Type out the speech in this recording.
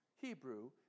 Hebrew